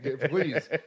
Please